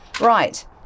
Right